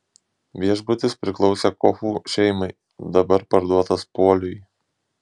viešbutis priklausė kochų šeimai dabar parduotas puoliui